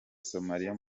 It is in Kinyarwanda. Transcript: somaliya